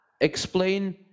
explain